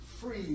free